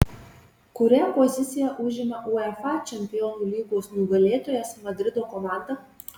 kurią poziciją užima uefa čempionų lygos nugalėtojas madrido komanda